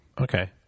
Okay